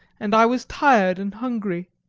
and i was tired and hungry.